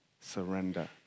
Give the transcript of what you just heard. surrender